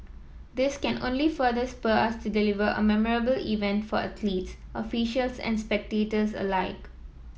this can only further spur us to deliver a memorable event for athletes officials and spectators alike